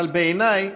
אבל בעיניי,